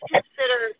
consider